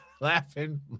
laughing